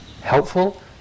Helpful